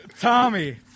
Tommy